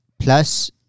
plus